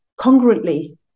congruently